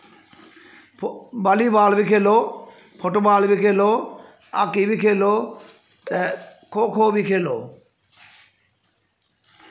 बाली ball बी खेल्लो football बी खेल्लो हाकी बी खेल्लो ते खो खो बी खेल्लो